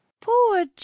Poor